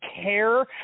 care